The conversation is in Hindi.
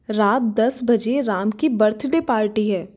रात दस बजे राम की बर्थडे पार्टी है